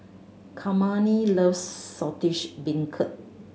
Kymani loves Saltish Beancurd